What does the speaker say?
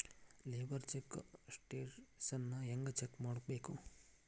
Labour check ಸ್ಟೆಟಸನ್ನ ಹೆಂಗ್ check ಮಾಡ್ಕೊಬೇಕ್?